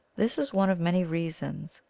this is one of many reasons,